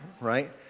right